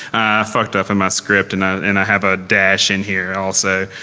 fucked up on my script and ah and i have a dash in here also.